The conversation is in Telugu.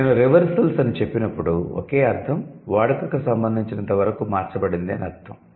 నేను 'రివర్సల్స్' అని చెప్పినప్పుడు ఒకే అర్ధం వాడుకకు సంబంధించినంతవరకు మార్చబడింది అని అర్ధం